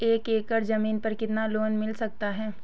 एक एकड़ जमीन पर कितना लोन मिल सकता है?